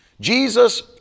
Jesus